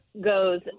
goes